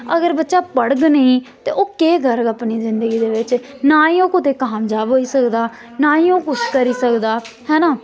अगर बच्चा पढ़ग नेईं ते ओह् केह् करग अपनी जिंदगी दे बिच्च ना ही ओह् कुतै कामजाब होई सकदा ना ही ओह् कुछ करी सकदा हैना